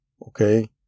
Okay